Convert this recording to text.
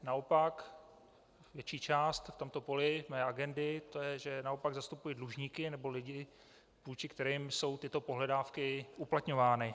Naopak, větší část na tomto poli mé agendy je, že naopak zastupuji dlužníky nebo lidi, vůči kterým jsou tyto pohledávky uplatňovány.